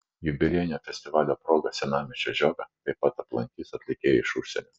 jubiliejinio festivalio proga senamiesčio žiogą taip pat aplankys atlikėjai iš užsienio